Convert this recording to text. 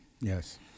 Yes